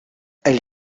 elle